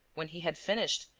when he had finished,